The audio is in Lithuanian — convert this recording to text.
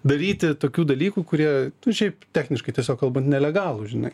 daryti tokių dalykų kurie šiaip techniškai tiesiog kalbant nelegalūs žinai